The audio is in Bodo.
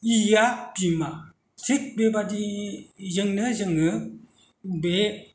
'इ' आ बिमा थिग बेबादिजोंनो जोङो बे